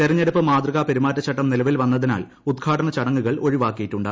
തെരഞ്ഞെടുപ്പ് മാതൃക പെരുമാറ്റച്ചട്ടം നിലവിൽ വന്നതിനാൽ ഉദ്ഘാടന ചടങ്ങുകൾ ഒഴിവാക്കിയിട്ടുണ്ട്